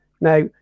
Now